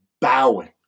bowing